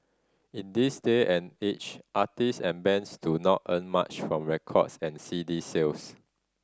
in this day and age artist and bands do not earn much from record and C D sales